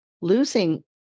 losing